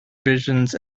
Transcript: visions